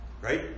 right